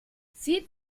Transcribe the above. sie